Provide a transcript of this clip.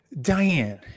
Diane